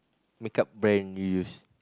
makeup brand you use